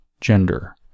gender